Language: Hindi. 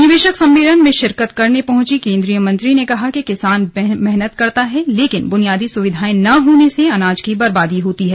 निवेशक सम्मेलन में शिरकत करने पहुंचीं केंद्रीय मंत्री ने कहा कि किसान मेहनत करता है लेकिन बुनियादी सुविधायें न होने से अनाज की बर्बादी होती है